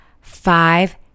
five